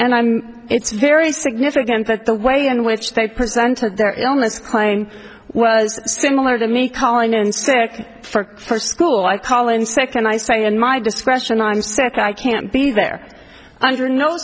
and i'm it's very significant that the way in which they presented their illness claim was similar to me calling in sick for first school i call in second i say in my discretion i'm set i can't be there under no